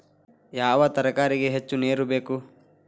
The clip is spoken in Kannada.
ಯಾವ ತರಕಾರಿಗೆ ಹೆಚ್ಚು ನೇರು ಬೇಕು?